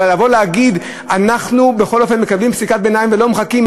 ולבוא ולהגיד: אנחנו בכל אופן מקבלים פסיקת ביניים ולא מחכים,